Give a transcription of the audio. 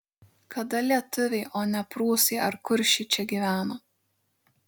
kada lietuviai o ne prūsai ar kuršiai čia gyveno